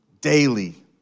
daily